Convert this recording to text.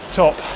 top